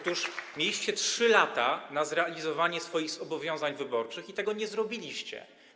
Otóż mieliście 3 lata na zrealizowanie swoich zobowiązań wyborczych i tego nie zrobiliście.